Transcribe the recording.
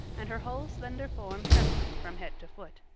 and her whole slender form trembling from head to foot.